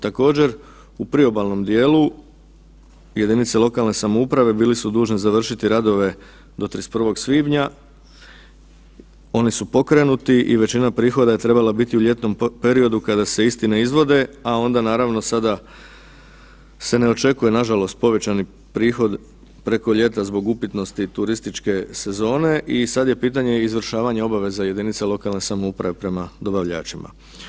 Također, u priobalnom dijelu jedinice lokalne samouprave bili su dužni završiti radove do 31. svibnja, oni su pokrenuti i većina prihoda je trebala biti u ljetnom periodu kada se isti ne izvode, a onda naravno sada se ne očekuje nažalost povećani prihod preko ljeta zbog upitnosti turističke sezone i sad je pitanje izvršavanja obaveza jedinica lokalne samouprave prema dobavljačima.